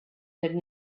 had